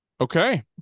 Okay